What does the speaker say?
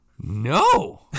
no